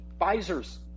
pfizer's